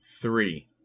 three